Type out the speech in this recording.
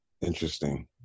Interesting